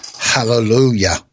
Hallelujah